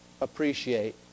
appreciate